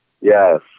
Yes